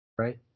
right